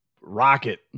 Rocket